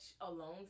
alone